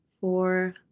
four